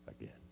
again